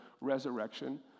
resurrection